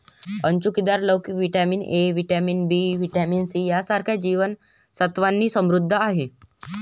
अणकुचीदार लोकी vitamin A, vitamin B, vitamin C यांसारख्या जीवन सत्त्वांनी समृद्ध आहे